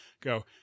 go